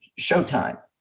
Showtime